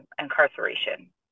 incarceration